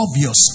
obvious